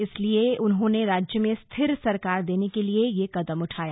इसीलिए उन्होंने राज्य में स्थिर सरकार देने के लिए यह कदम उठाया